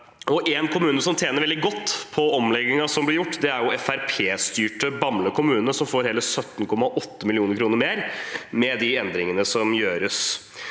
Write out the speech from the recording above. En kommune som tjener veldig godt på omleggingen som blir gjort, er Fremskrittsparti-styrte Bamble kommune, som får hele 17,8 mill. kr mer med de endringene som gjøres.